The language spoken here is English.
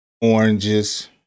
oranges